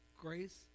Grace